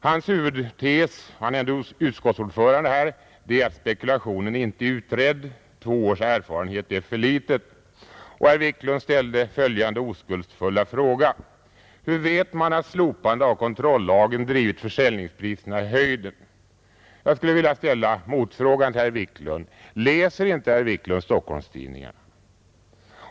Hans huvudtes — han är ändå utskottsordförande — är att spekulationen inte är utredd, att två års erfarenhet är för litet. Han ställde följande oskuldsfulla fråga: Hur vet man att slopandet av kontrollagen drivit försäljningspriserna i höjden? Jag skulle vilja ställa en motfråga: Läser inte herr Wiklund Stockholmstidningarna?